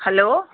hello